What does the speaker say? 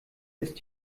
ist